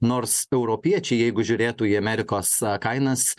nors europiečiai jeigu žiūrėtų į amerikos kainas